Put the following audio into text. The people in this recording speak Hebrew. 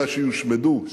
אלא שיושמדו,